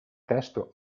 testo